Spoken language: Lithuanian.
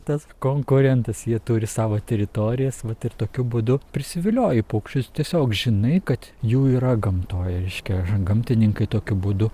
tas konkurentas jie turi savo teritorijas vat ir tokiu būdu prisivilioji paukščius tiesiog žinai kad jų yra gamtoj reiškia gamtininkai tokiu būdu